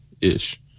Ish